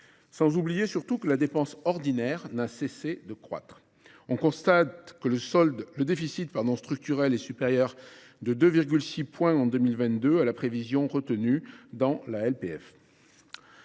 pas oublier, surtout, que la dépense ordinaire n’a cessé de croître. On constate que le déficit structurel est supérieur de 2,6 points en 2022 à la prévision retenue dans la LPFP.